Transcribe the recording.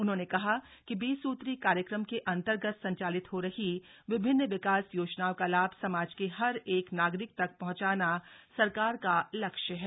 उन्होंने कहा कि बीस सूत्रीय कार्यक्रम के अंतर्गत संचालित हो रही विभिन्न विकास योजनाओं का लाभ समाज के हर एक नागरिक तक पहंचाना सरकार का लक्ष्य है